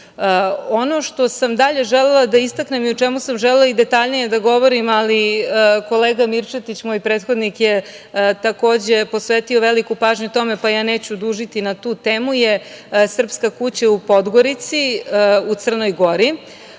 što sam dalje želela da istaknem i o čemu sam želela i detaljnije da govorim, ali kolega Mirčetić, moj prethodnik je takođe posvetio veliku pažnju tome pa ja neću dužiti na tu temu, je Srpska kuća u Podgorici, u Crnoj Gori.